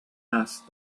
asked